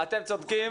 אתם צודקים.